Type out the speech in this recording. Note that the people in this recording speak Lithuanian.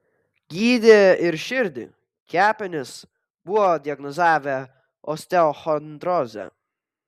gydė ir širdį kepenis buvo diagnozavę osteochondrozę